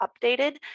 updated